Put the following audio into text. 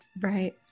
right